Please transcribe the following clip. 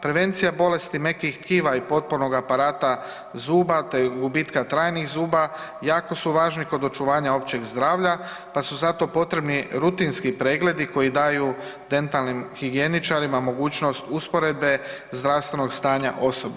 Prevencija bolesti mekih tkiva i potpornog aparata zuba te gubitka trajnih zuba jako su važni kod očuvanja općeg zdravlja pa su zato potrebni rutinski pregledi koji daju dentalnim higijeničarima mogućnost usporedbe zdravstvenog stanja osobe.